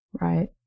Right